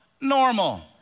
normal